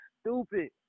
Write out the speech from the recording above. stupid